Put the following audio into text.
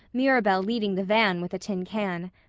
mirabel leading the van with a tin can.